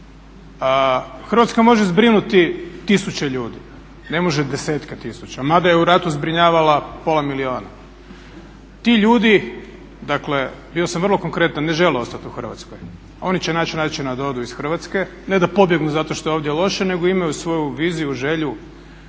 Hrvatska može zbrinuti tisuće ljudi, ne može desetke tisuća. Mada je u ratu zbrinjavala pola milijuna. Ti ljudi, dakle bio sam vrlo konkretan ne žele ostati u Hrvatskoj. Oni će naći načina da odu iz Hrvatske. Ne da pobjegnu zato što je ovdje loše, nego imaju svoju viziju, želju,